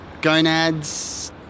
gonads